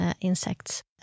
insects